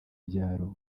byaro